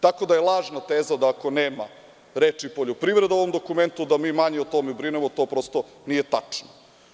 Tako da je lažna teza da ako nema reči poljoprivreda u tom dokumentu da mi manje o tome brinemo, to prosto nije tačno.